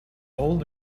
old